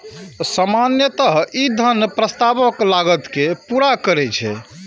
सामान्यतः ई धन प्रस्तावक लागत कें पूरा करै छै